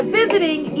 visiting